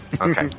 Okay